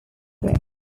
grip